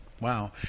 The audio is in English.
wow